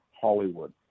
Hollywood